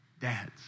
dads